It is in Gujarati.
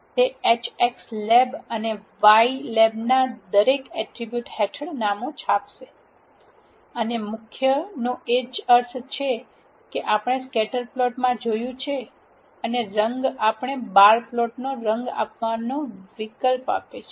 તે h x લેબ અને y લેબના દરેક એટ્રીબ્યુટ હેઠળ નામો છાપશે અને મુખ્ય નો એ જ અર્થ છે જે આપણે સ્કેટરપ્લોટ માટે જોયું છે અને રંગ આપણને બાર પ્લોટને રંગ આપવાનો વિકલ્પ આપે છે